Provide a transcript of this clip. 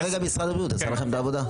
כרגע משרד הבריאות עושה לכם את העבודה.